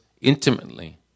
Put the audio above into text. intimately